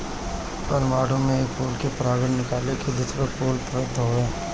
परपरागण में एक फूल के परागण निकल के दुसरका फूल पर परत हवे